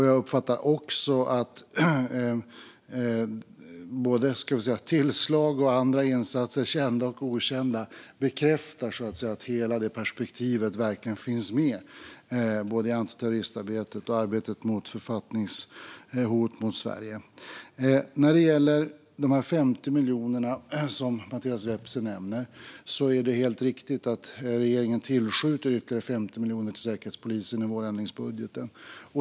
Jag uppfattar också att tillslag och andra insatser, kända och okända, bekräftar att hela det perspektivet verkligen finns med. Det gäller för både antiterroristarbetet och arbetet mot författningshot mot Sverige. När det gäller de 50 miljoner som Mattias Vepsä nämner är det helt riktigt att regeringen tillskjuter ytterligare 50 miljoner till Säkerhetspolisen i vårändringsbudgeten.